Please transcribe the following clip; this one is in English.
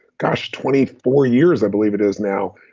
gosh, twenty four years, i believe it is now,